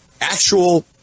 actual